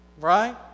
Right